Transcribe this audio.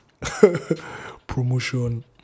promotion